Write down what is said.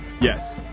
Yes